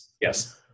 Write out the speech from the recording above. Yes